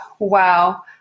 Wow